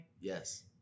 Yes